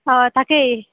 অঁ তাকেই